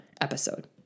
episode